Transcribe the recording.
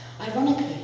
Ironically